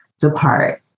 depart